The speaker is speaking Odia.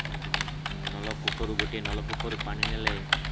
ନଳକୂପରୁ ଗୋଟିଏ ନଲକୂପରୁ ପାଣି ନେଲେ